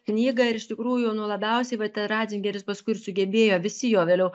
knygą ir iš tikrųjų nu labiausiai vat ir ratzingeris paskui ir sugebėjo visi jo vėliau